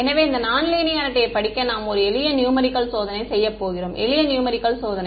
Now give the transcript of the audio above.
எனவே இந்த நான் லீனியாரிட்டியை படிக்க நாம் ஒரு எளிய நியூமரிக்கள் சோதனை செய்யப் போகிறோம் எளிய நியூமரிக்கள் சோதனை